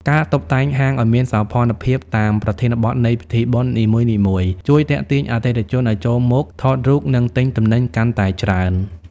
ការតុបតែងហាងឱ្យមានសោភ័ណភាពតាមប្រធានបទនៃពិធីបុណ្យនីមួយៗ ជួយទាក់ទាញអតិថិជនឱ្យចូលមកថតរូប និងទិញទំនិញកាន់តែច្រើន។